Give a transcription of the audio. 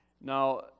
Now